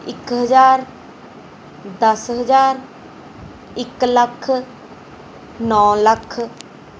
ਇੱਕ ਹਜ਼ਾਰ ਦਸ ਹਜ਼ਾਰ ਇੱਕ ਲੱਖ ਨੌਂ ਲੱਖ